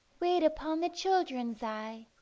wait upon the children's eye,